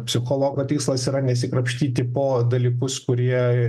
psichologo tikslas yra nesikrapštyti po dalykus kurie